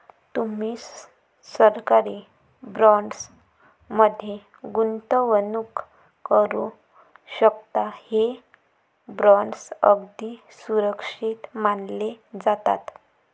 तुम्ही सरकारी बॉण्ड्स मध्ये गुंतवणूक करू शकता, हे बॉण्ड्स अगदी सुरक्षित मानले जातात